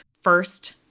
first